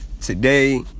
Today